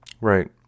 Right